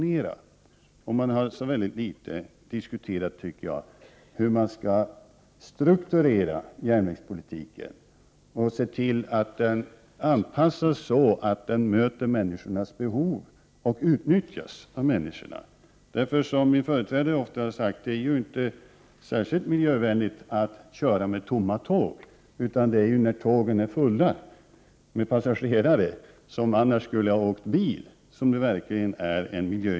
Men jag anser att vi alldeles för litet har diskuterat hur man skall strukturera järnvägspolitiken och anpassa järnvägen så att den möter människornas behov och utnyttjas av människorna. Som min företrädare ofta har sagt är det ju inte särskilt miljövänligt att köra med tomma tåg, utan det är en verklig miljöinsats först när tågen är fyllda av passagerare, som annars skulle ha färdats med bil.